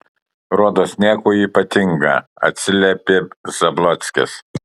rodos nieko ypatinga atsiliepė zablockis